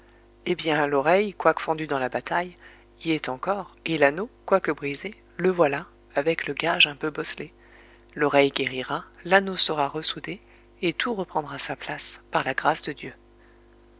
eh bien l'oreille quoique fendue dans la bataille y est encore et l'anneau quoique brisé le voilà avec le gage un peu bosselé l'oreille guérira l'anneau sera ressoudé et tout reprendra sa place par la grâce de dieu